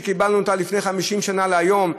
מאז קיבלנו אותה לפני 50 שנה עד היום?